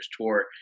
Tour